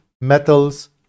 metals